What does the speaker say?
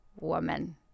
woman